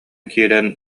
киирэн